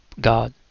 god